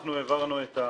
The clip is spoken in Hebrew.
כשאנחנו העברנו,